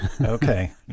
Okay